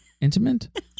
Intimate